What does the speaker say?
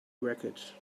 wreckage